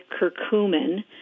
curcumin